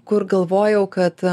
kur galvojau kad